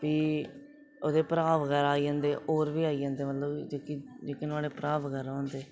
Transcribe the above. फ्ही ओह्दे भ्रा बगैरा आई जंदे और बी आई जंदे मतलब जेहके नुआढ़े भ्रा बगेरा होंदे